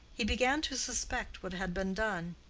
he began to suspect what had been done.